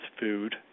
food